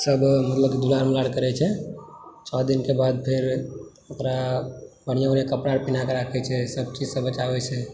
सभ मतलब कि दुलार उलार करइ छै छओ दिनके बाद फेर ओकरा बढ़िआँ बढ़िआँ कपड़ा अर पेन्हाके राखय छै सभ चीजसँ बचाबय छै